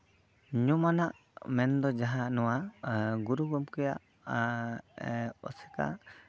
ᱧᱩᱢ ᱟᱱᱟᱜ ᱢᱮᱱᱫᱚ ᱡᱟᱦᱟᱸ ᱱᱚᱣᱟ ᱜᱩᱨᱩ ᱜᱚᱢᱠᱮᱭᱟᱜ ᱟᱥᱮᱠᱟ